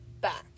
back